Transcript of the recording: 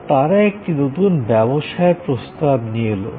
তা তারা একটি নতুন ব্যবসায়ের প্রস্তাব নিয়ে এলো